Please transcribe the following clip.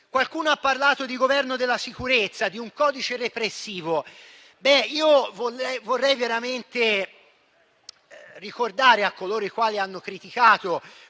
Qualcuno ha parlato di Governo della sicurezza e di un codice repressivo.